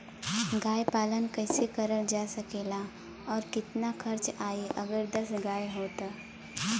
गाय पालन कइसे करल जा सकेला और कितना खर्च आई अगर दस गाय हो त?